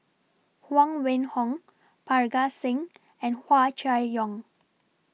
Huang Wenhong Parga Singh and Hua Chai Yong